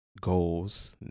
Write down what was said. goals